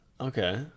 Okay